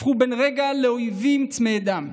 הפכו בן רגע לאויבים צמאי דם.